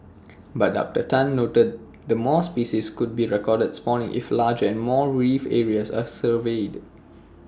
but doctor Tun noted that more species could be recorded spawning if larger and more reef areas are surveyed